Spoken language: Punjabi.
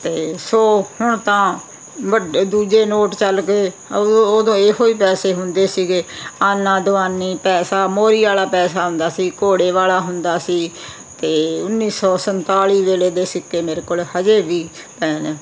ਅਤੇ ਸੋ ਹੁਣ ਤਾਂ ਵੱਡੇ ਦੂਜੇ ਨੋਟ ਚੱਲ ਗਏ ਉ ਉਦੋਂ ਇਹੋ ਹੀ ਪੈਸੇ ਹੁੰਦੇ ਸੀਗੇ ਆਨਾ ਦੁਆਨੀ ਪੈਸਾ ਮੋਰੀ ਵਾਲਾ ਪੈਸਾ ਹੁੰਦਾ ਸੀ ਘੋੜੇ ਵਾਲਾ ਹੁੰਦਾ ਸੀ ਅਤੇ ਉੱਨੀ ਸੌ ਸੰਤਾਲੀ ਵੇਲੇ ਦੇ ਸਿੱਕੇ ਮੇਰੇ ਕੋਲ ਹਜੇ ਵੀ ਪਏ ਨੇ